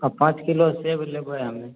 आ पाँच किलो सेब लेबै हमे